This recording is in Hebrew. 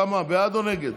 אתה בעד או נגד?